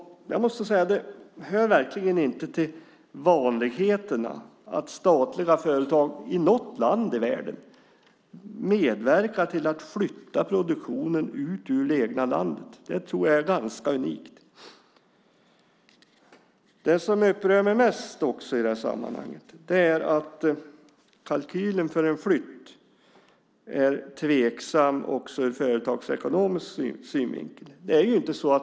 Det hör verkligen inte till vanligheterna att statliga företag i något land i världen medverkar till att flytta produktionen ut ur det egna landet. Det tror jag är ganska unikt. Det som upprör mig mest i sammanhanget är att kalkylen för en flytt är tveksam också ur företagsekonomisk synvinkel.